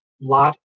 lot